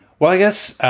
well, i guess